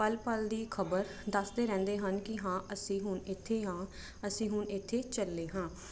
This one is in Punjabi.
ਪਲ ਪਲ ਦੀ ਖਬਰ ਦੱਸਦੇ ਰਹਿੰਦੇ ਹਨ ਕਿ ਹਾਂ ਅਸੀਂ ਹੁਣ ਇੱਥੇ ਹਾਂ ਅਸੀਂ ਹੁਣ ਇੱਥੇ ਚੱਲੇ ਹਾਂ